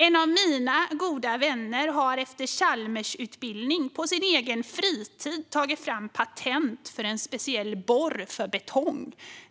En av mina goda vänner har efter en Chalmersutbildning på sin egen fritid tagit fram patent för en speciell borr för betong.